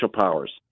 powers